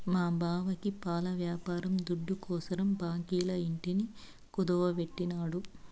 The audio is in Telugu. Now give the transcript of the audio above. మా బావకి పాల యాపారం దుడ్డుకోసరం బాంకీల ఇంటిని కుదువెట్టినాడు